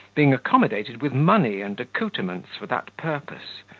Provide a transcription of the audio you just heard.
being accommodated with money and accoutrements for that purpose,